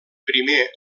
primer